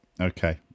okay